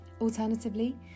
Alternatively